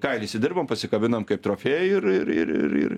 kailį išsidirbam pasikabinam kaip trofėjų ir ir ir ir